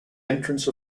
entrance